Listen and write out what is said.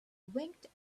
winked